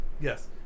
Yes